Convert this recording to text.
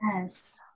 Yes